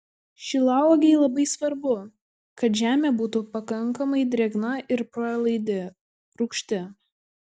šilauogei labai svarbu kad žemė būtų pakankamai drėgna ir pralaidi rūgšti